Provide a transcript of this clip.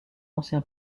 ancien